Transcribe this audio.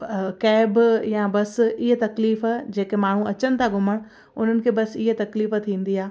cab या bus इअं तकलीफ़ जेके माण्हू अचनि था घुमण उन्हनि खे बसि इअं तकलीफ़ थींदी आहे